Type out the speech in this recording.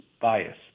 bias